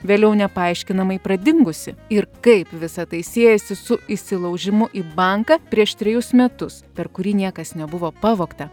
vėliau nepaaiškinamai pradingusi ir kaip visa tai siejasi su įsilaužimu į banką prieš trejus metus per kurį niekas nebuvo pavogta